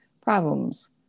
problems